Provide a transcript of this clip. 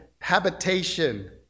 habitation